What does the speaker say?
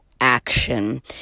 action